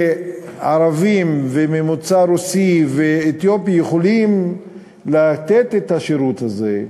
וערבים ואנשים ממוצא רוסי ואתיופי יכולים לתת את השירות הזה.